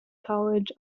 college